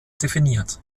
definiert